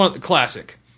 Classic